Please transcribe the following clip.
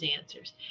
answers